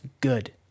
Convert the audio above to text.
good